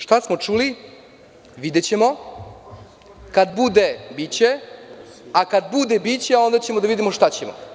Šta smo čuli – videćemo, kad bude – biće, a kad bude biće a onda ćemo da vidimo šta ćemo.